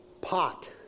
pot